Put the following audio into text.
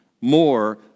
more